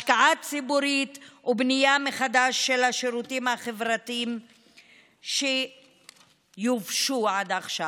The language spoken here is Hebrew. השקעה ציבורית ובנייה מחדש של השירותים החברתיים שיובשו עד עכשיו.